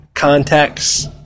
Contacts